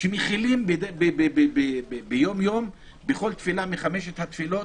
שמכילים ביום, יום בכל תפילה בחמש התפילות